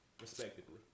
respectively